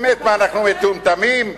באמת, מה אנחנו, מטומטמים?